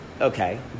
Okay